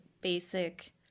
basic